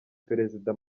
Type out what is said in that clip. perezida